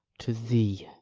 to thee.